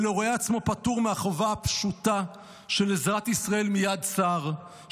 ולא רואה עצמו פטור מהחובה הפשוטה של עזרת ישראל מיד צר,